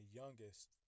youngest